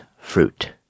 fruit